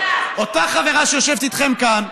אותה חברה שיושבת איתכם כאן,